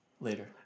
Later